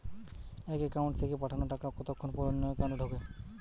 এক একাউন্ট থেকে পাঠানো টাকা কতক্ষন পর অন্য একাউন্টে ঢোকে?